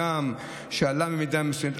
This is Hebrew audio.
הגם שעלה במידה מסוימת,